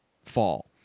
fall